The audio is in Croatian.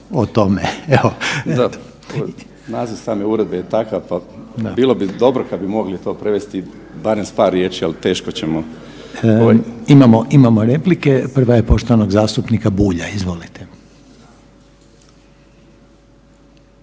Zdravko** Da, naziv same uredbe je takav, pa bilo bi dobro kad bi mogli to prevesti barem s par riječi, ali teško ćemo. **Reiner, Željko (HDZ)** Imamo, imamo replike. Prva je poštovanog zastupnika Bulja. Izvolite.